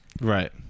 Right